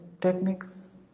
techniques